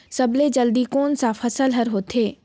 सबले जल्दी कोन सा फसल ह होथे?